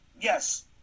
Yes